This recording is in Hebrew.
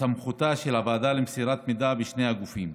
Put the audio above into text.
סמכותה של הוועדה למסירת מידע בין שני הגופים.